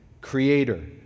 Creator